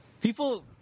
People